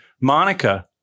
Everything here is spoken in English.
Monica